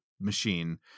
machine